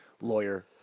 Lawyer